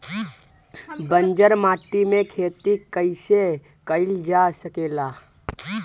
बंजर माटी में खेती कईसे कईल जा सकेला?